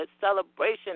Celebration